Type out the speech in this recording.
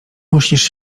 musisz